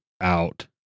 out